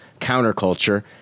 counterculture